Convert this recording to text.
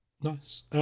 Nice